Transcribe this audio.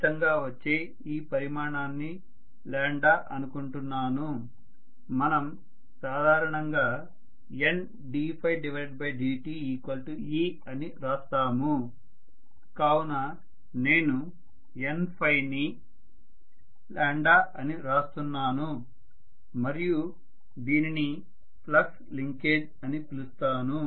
ఫలితంగా వచ్చే ఈ పరిమాణాన్ని అనుకుంటున్నాను మనం సాధారణంగా Nddte అని రాస్తాము కావున నేను NØ ని అని రాస్తున్నాను మరియు దీనిని ఫ్లక్స్ లింకేజ్ అని పిలుస్తాను